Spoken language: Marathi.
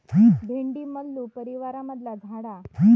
भेंडी मल्लू परीवारमधला झाड हा